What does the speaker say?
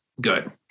Good